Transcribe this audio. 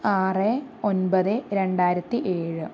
ആറ് ഒൻപത് രണ്ടായിരത്തി ഏഴ്